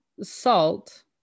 salt